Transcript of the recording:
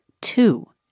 Two